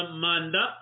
manda